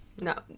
no